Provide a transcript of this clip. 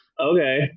okay